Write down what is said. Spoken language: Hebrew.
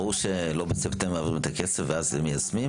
ברור שלא בספטמבר יעבירו את הכסף ואז הם מיישמים.